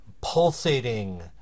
pulsating